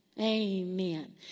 Amen